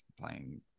playing